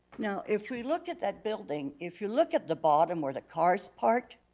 now if we look at that building, if you look at the bottom where the car's parked,